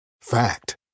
Fact